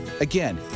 Again